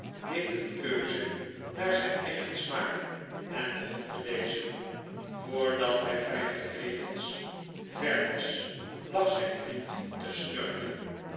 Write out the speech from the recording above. deed een keuze naar zijn eigen smaak en begon te lezen voordat hij vijftig regels ver was lag zijn vriend te